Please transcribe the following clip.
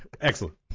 Excellent